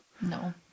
No